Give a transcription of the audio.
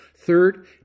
Third